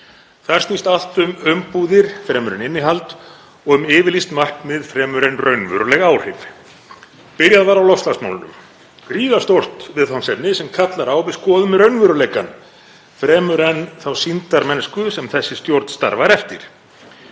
Þar snýst allt um umbúðir fremur en innihald og um yfirlýst markmið fremur en raunveruleg áhrif. Byrjað var á loftslagsmálunum, gríðarstórt viðfangsefni sem kallar á að við skoðum raunveruleikann fremur en þá sýndarmennsku sem þessi stjórn starfar eftir.